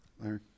Larry